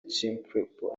chimpreports